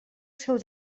seu